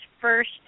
first